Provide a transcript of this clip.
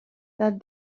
that